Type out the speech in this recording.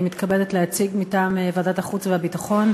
אני מתכבדת להציג מטעם ועדת החוץ והביטחון